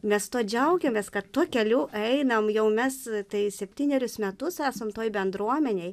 mes tuo džiaugiamės kad tuo keliu einam jau mes tai septynerius metus esam toj bendruomenėj